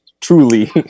truly